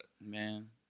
Man